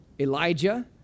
Elijah